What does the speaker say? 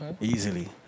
Easily